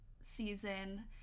season